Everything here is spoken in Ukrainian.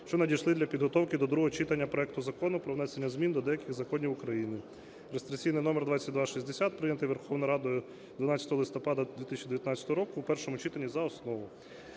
що надійшли для підготовки до другого читання проекту Закону про внесення змін до деяких законів України (реєстраційний номер 2260), прийнятий Верховною Радою 12 листопада 2019 року в першому читанні за основу.